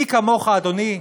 מי כמוך, אדוני,